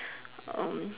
um